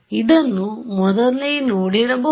ಇದನ್ನು ಮೊದಲೇ ನೋಡಿರಬಹುದು